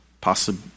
possible